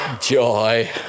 joy